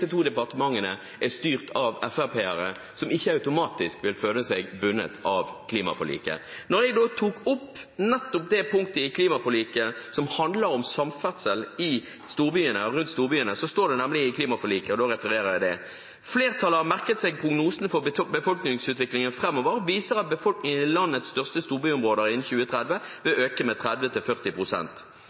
departementene er styrt av FrP-ere som ikke automatisk vil føle seg bundet av klimaforliket. Jeg tok opp nettopp det punktet i klimaforliket som handler om samferdsel i og rundt storbyene. I klimaforliket står det: «Flertallet har merket seg at prognosene for befolkningsutviklingen fremover viser at befolkningen i landets største storbyområder innen 2030 vil øke med